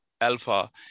alpha